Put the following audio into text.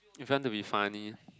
if you want to be funny